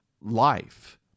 life